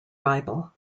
bible